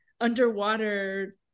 underwater